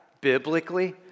biblically